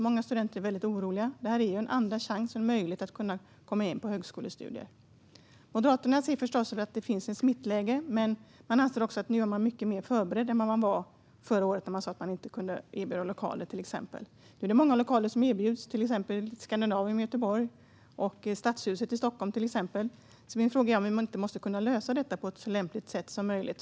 Många studenter är väldigt oroliga. Detta är en andra chans och en möjlighet att komma in på högskolestudier. Moderaterna ser förstås att det finns ett smittläge. Men vi anser också att man nu är mycket mer förberedd än vad man var förra året när man sa att man till exempel inte hade bra lokaler. Nu är det många lokaler som erbjuds, till exempel Scandinavium i Göteborg och Stadshuset i Stockholm. Min fråga är därför om vi inte borde kunna lösa detta på ett så lämpligt sätt som möjligt.